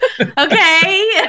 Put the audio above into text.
Okay